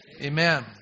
Amen